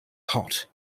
hot